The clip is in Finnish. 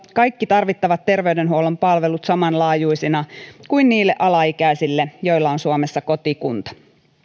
kaikki tarvittavat terveydenhuollon palvelut saman laajuisina kuin niille alaikäisille joilla on suomessa kotikunta